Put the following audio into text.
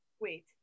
wait